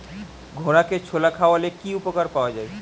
ঘোড়াকে ছোলা খাওয়ালে কি উপকার পাওয়া যায়?